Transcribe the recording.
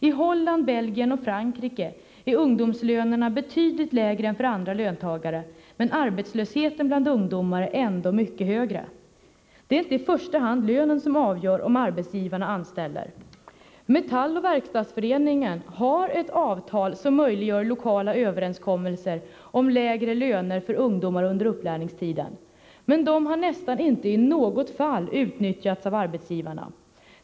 I Holland, Belgien och Frankrike är ungdomslönerna betydligt lägre än för andra löntagare, men arbetslösheten bland ungdomar är ändå mycket högre. Det är inte i första hand lönen som avgör om arbetsgivarna anställer. Metall och Verkstadsföreningen har ett avtal som möjliggör lokala överenskommelser om lägre löner för ungdomar under upplärningstiden. Men de har nästan inte i något fall utnyttjats av arbetsgivarna.